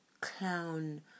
clown-